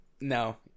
No